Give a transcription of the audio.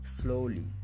slowly